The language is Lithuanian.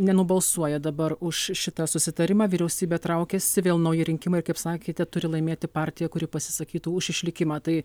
nenubalsuoja dabar už šitą susitarimą vyriausybė traukiasi vėl nauji rinkimai ir kaip sakėte turi laimėti partija kuri pasisakytų už išlikimą tai